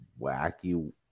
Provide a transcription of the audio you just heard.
wacky